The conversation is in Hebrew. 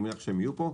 אני מניח שהם יהיו פה.